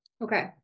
Okay